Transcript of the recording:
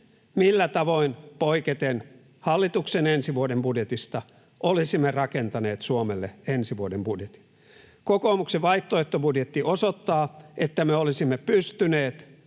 millä tavoin poiketen hallituksen ensi vuoden budjetista olisimme rakentaneet Suomelle ensi vuoden budjetin. Kokoomuksen vaihtoehtobudjetti osoittaa, että me olisimme pystyneet